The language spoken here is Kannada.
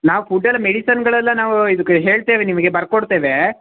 ನಾವು ಫುಡ್ಡೆಲ್ಲ ಮೆಡಿಸನ್ಗಳೆಲ್ಲ ನಾವು ಇದಕ್ಕೆ ಹೇಳ್ತೇವೆ ನಿಮಗೆ ಬರ್ಕೊಡ್ತೇವೆ